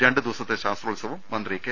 രണ്ട് ദിവസത്തെ ശാസ്ത്രോത്സവം മന്ത്രി കെ